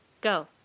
go